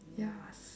ya